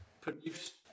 produced